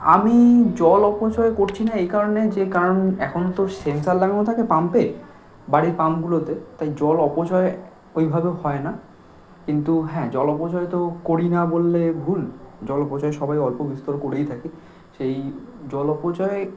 আমি জল অপচয় করছি না এই কারণে যে কারণ এখন তো সেন্সার লাগানো থাকে পাম্পে বাড়ির পাম্পগুলোতে তাই জল অপচয় ওইভাবে হয় না কিন্তু হ্যাঁ জল অপচয় তো করি না বললে ভুল জল অপচয় সবাই অল্পবিস্তর করেই থাকি সেই জল অপচয়